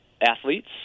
athletes